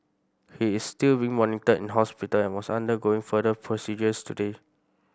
he is still being monitored in hospital and was undergoing further procedures today